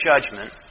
judgment